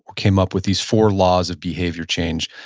came up with these four laws of behavior change.